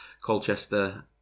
Colchester